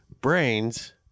brains